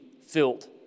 filled